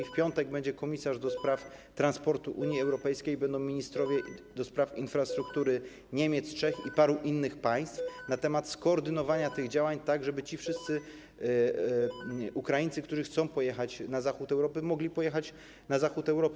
W piątek będzie komisarz do spraw transportu Unii Europejskiej, będą ministrowie do spraw infrastruktury Niemiec, Czech i paru innych państw, będą rozmowy na temat skoordynowania tych działań tak, żeby ci wszyscy Ukraińcy, którzy chcą pojechać na zachód Europy, mogli pojechać na zachód Europy.